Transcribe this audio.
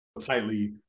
tightly